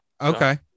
Okay